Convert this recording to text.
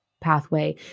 pathway